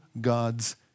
God's